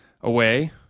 away